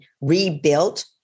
rebuilt